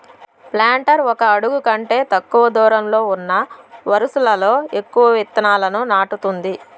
planter ఒక అడుగు కంటే తక్కువ దూరంలో ఉన్న వరుసలలో ఎక్కువ ఇత్తనాలను నాటుతుంది